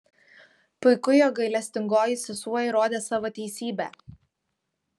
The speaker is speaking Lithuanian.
puiku jog gailestingoji sesuo įrodė savo teisybę